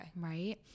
right